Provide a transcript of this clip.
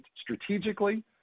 strategically